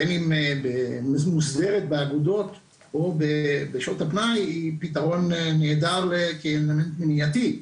בין אם מוסדרת באגודות או בשעות הפנאי היא פתרון נהדר מניעתי.